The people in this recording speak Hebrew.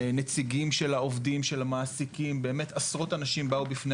נציגים של העובדים של המעסיקים באמת עשרות אנשים באו בפני